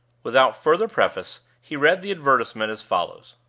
without further preface, he read the advertisement as follows